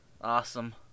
awesome